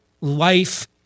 life